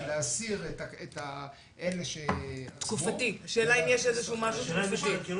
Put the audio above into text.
להסיר את אלה --- השאלה אם יש משהו תקופתי.